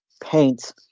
paint